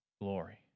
glory